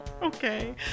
Okay